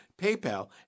PayPal